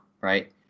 right